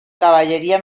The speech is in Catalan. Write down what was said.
cavalleria